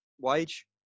wage